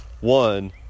One